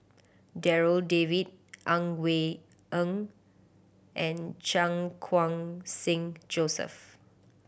Darryl David Ang Wei Neng and Chan Khun Sing Joseph